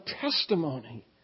testimony